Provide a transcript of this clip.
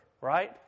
right